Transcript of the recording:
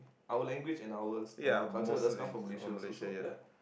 our language and our and our culture does come from Malaysia also so ya